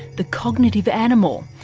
the cognitive animal.